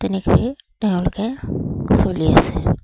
তেনেকৈয়ে তেওঁলোকে চলি আছে